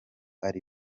ari